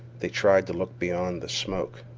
they tried to look beyond the smoke.